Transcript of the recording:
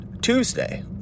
Tuesday